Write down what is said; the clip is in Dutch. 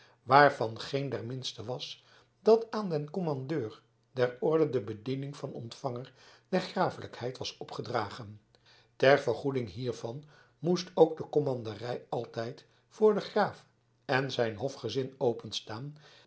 waarvan geen der minste was dat aan den commandeur der orde de bediening van ontvanger der graaflijkheid was opgedragen ter vergoeding hiervan moest ook de commanderij altijd voor den graaf en zijn hofgezin openstaan